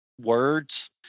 words